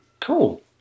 cool